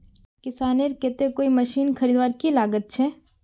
किसानेर केते कोई मशीन खरीदवार की लागत छे?